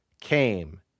came